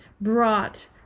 brought